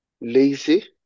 lazy